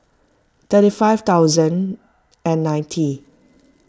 thirty five thousand and ninety